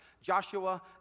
Joshua